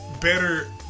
better